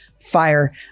fire